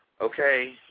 okay